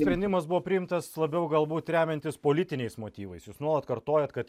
sprendimas buvo priimtas labiau galbūt remiantis politiniais motyvais jūs nuolat kartojat kad